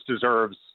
deserves